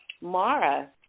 Mara